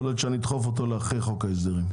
יכול להיות שאני אדחוף אותו אחרי חוק ההסדרים.